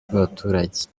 bw’abaturage